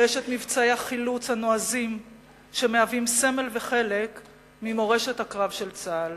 ויש מבצעי החילוץ הנועזים שמהווים סמל וחלק ממורשת הקרב של צה"ל.